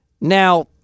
Now